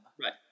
right